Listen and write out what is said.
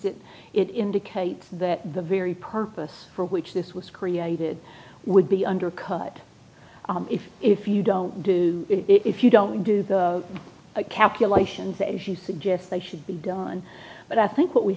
because it indicates that the very purpose for which this was created would be undercut if if you don't do it if you don't do the calculations that he suggests they should be done but i think what we